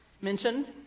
mentioned